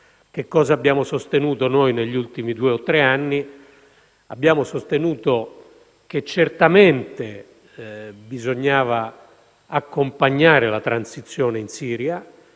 Cosa abbiamo sostenuto negli ultimi due o tre anni? Abbiamo sostenuto che certamente bisognava accompagnare la transizione in Siria,